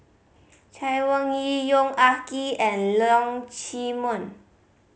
Chay Weng Yew Yong Ah Kee and Leong Chee Mun